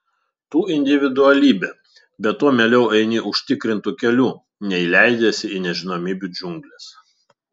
tu individualybė be to mieliau eini užtikrintu keliu nei leidiesi į nežinomybių džiungles